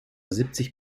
siebzig